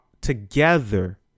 together